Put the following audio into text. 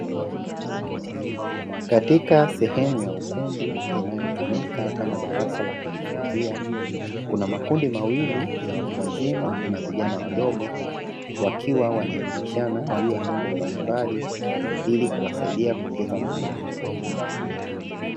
Katika sehemu ya ukumbi inayotumika kama darasa la kujifunzia, kuna makundi mawili ya watu wazima na vijana wadogo wakiwa wanaelimishana juu ya mambo mbalimbali ili kuwasaidia kuongeza maarifa.